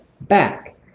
back